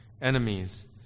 enemies